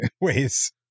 ways